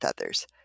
others